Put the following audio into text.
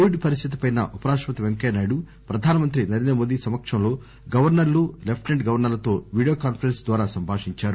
Covid పరిస్థితిపై ఉపరాష్టసతి పెంకయ్య నాయుడు ప్రధానమంత్రి నరేంద్ర మోదీ సమక్షంలో గవర్నర్లు లెప్టినెంట్ గవర్నర్లతో విడియోకాన్పరెన్స్ ద్వారా సంభాషించారు